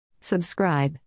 Subscribe